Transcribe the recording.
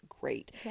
great